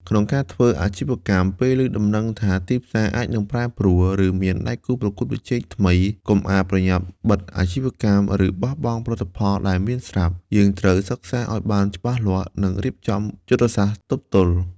ក្នុងការធ្វើអាជីវកម្ម ពេលឮដំណឹងថាទីផ្សារអាចនឹងប្រែប្រួល ឬមានដៃគូប្រកួតប្រជែងថ្មី កុំអាលប្រញាប់បិទអាជីវកម្ម ឬបោះបង់ផលិតផលដែលមានស្រាប់ យើងត្រូវសិក្សាឲ្យច្បាស់លាស់ និងរៀបចំយុទ្ធសាស្ត្រទប់ទល់។